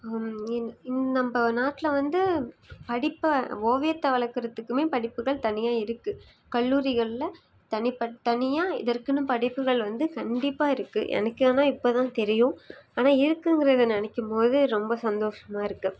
நம்ப நாட்டில் வந்து படிப்பை ஓவியத்தை வளர்க்குறத்துக்குமே படிப்புகள் தனியாக இருக்கு கல்லூரிகளில் தனிபட்ட தனியாக இதற்குன்னு படிப்புகள் வந்து கண்டிப்பாக இருக்கு எனக்கு ஆனால் இப்போதான் தெரியும் ஆனால் இருக்குங்கிறது நினைக்கும்போது ரொம்ப சந்தோஷமாக இருக்கு